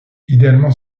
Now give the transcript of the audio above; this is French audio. idéalement